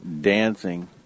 dancing